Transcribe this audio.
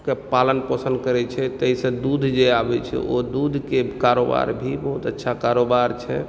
के पालन पोषण करै छै ताहि सऽ दूध जे आबै छै ओ दूध के कारोबार भी बहुत अच्छा कारोबार छै